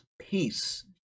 peace